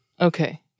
Okay